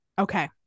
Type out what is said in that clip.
Okay